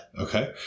Okay